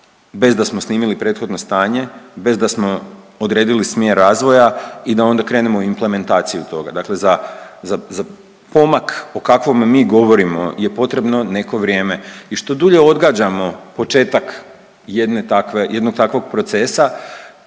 bez da smo snimili prethodno stanje, bez da smo odredili smjer razvoja i da onda krenemo u implementaciju toga, dakle za, za, za pomak o kakvom mi govorimo je potrebno neko vrijeme i što dulje odgađamo početak jedne takve,